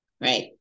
right